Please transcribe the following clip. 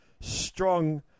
Strong